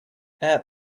add